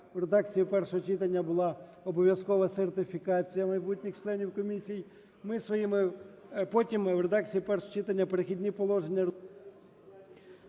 в редакції першого читання була обов'язкова сертифікація майбутніх членів комісій. Потім в редакції першого читання "Перехідні положення"… ГОЛОВУЮЧИЙ.